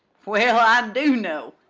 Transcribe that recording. well, i do' know,